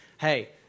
Hey